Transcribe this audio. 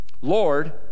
Lord